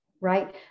right